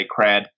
cred